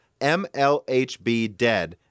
mlhbdead